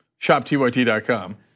ShopTYT.com